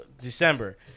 December